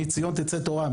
מציון תצא תורה,